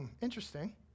interesting